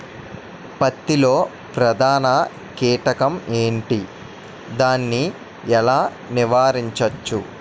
పత్తి లో ప్రధాన కీటకం ఎంటి? దాని ఎలా నీవారించచ్చు?